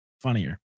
funnier